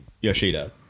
Yoshida